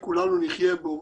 שכולנו נחיה בו